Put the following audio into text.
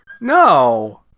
no